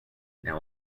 now